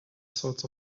sorts